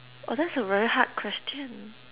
oh that's a very hard question